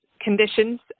conditions